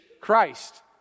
Christ